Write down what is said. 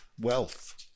wealth